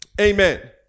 amen